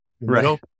Right